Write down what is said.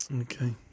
Okay